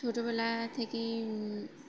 ছোটোবেলা থেকেই